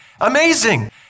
Amazing